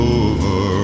over